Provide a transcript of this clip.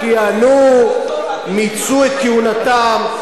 כיהנו, מיצו את כהונתם.